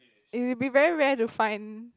it will be very rare to find